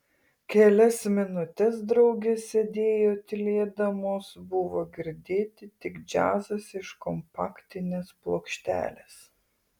kelias minutes draugės sėdėjo tylėdamos buvo girdėti tik džiazas iš kompaktinės plokštelės